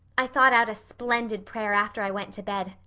i thought out a splendid prayer after i went to bed,